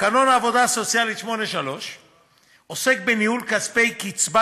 תקנון העבודה הסוציאלית 8.3 עוסק בניהול כספי קצבת